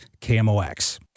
KMOX